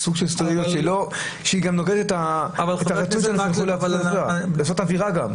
זה סוג של סטריליות שנוגדת את --- אני רוצה לעשות פה את ההבחנה.